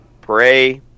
pray